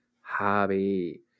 hobby